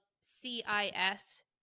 C-I-S